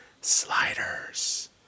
Sliders